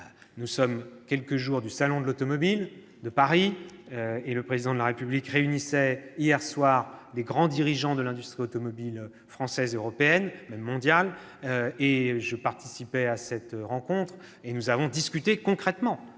nous sommes à quelques jours du Salon de l'automobile de Paris, et le Président de la République réunissait hier soir des grands dirigeants de l'industrie automobile française, européenne et même mondiale. Je participais à cette rencontre et nous avons discuté concrètement